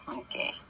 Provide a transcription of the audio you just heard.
Okay